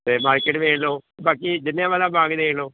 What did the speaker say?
ਅਤੇ ਮਾਰਕੀਟ ਦੇਖ ਲਉ ਬਾਕੀ ਜਲ੍ਹਿਆਂਵਾਲਾ ਬਾਗ ਦੇਖ ਲਉ